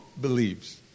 believes